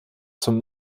zum